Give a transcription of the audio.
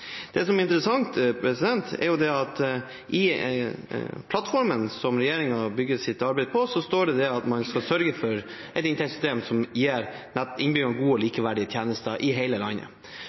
som er interessant, er jo at i plattformen som regjeringen bygger sitt arbeid på, står det at man skal «sørge for et inntektssystem som gir innbyggerne gode, likeverdige tjenester over hele landet».